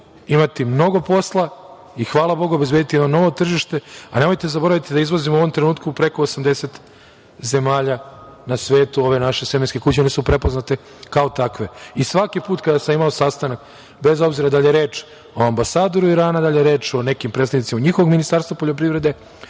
imati mnogo posla i hvala Bogu obezbediti jedno novo tržište, a nemojte da zaboravite da izvozimo u ovom trenutku u preko 80 zemalja u svetu ove naše semenske kuće. One su prepoznate kao takve. Svaki put kada sam imao sastanak bez obzira da li je reč o ambasadoru Irana, da li je reč o nekim predstavnicima njihovog ministarstva poljoprivrede